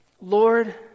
Lord